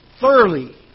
thoroughly